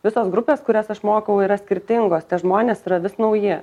visos grupės kurias aš mokau yra skirtingos tie žmonės yra vis nauji